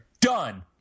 done